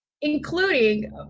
including